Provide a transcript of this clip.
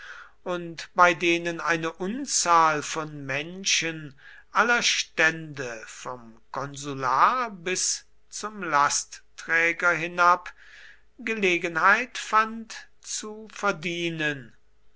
und bei denen eine unzahl von menschen aller stände vom konsular bis zum lastträger hinab gelegenheit fand zu verdienen